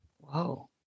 Whoa